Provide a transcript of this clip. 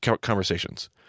conversations